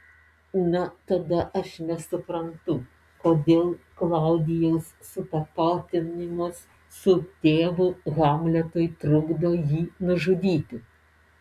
na tada aš nesuprantu kodėl klaudijaus sutapatinimas su tėvu hamletui trukdo jį nužudyti